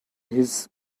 his